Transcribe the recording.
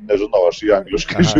nežinau ašį anglišką žiūriu